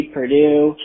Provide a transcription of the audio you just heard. Purdue